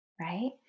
right